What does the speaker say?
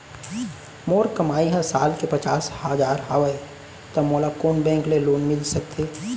मोर कमाई ह साल के पचास हजार हवय त मोला कोन बैंक के लोन मिलिस सकथे?